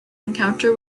encounter